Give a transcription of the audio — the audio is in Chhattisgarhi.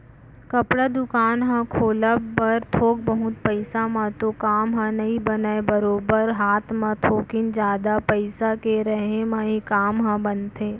कपड़ा दुकान ह खोलब बर थोक बहुत पइसा म तो काम ह नइ बनय बरोबर हात म थोकिन जादा पइसा के रेहे म ही काम ह बनथे